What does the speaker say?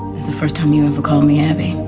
it's the first time you ever called me abby